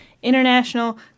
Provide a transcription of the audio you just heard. international